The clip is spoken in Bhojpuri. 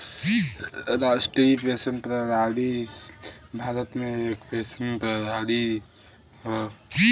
राष्ट्रीय पेंशन प्रणाली भारत में एक पेंशन प्रणाली हौ